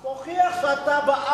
אז תוכיח שאתה בעד,